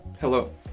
hello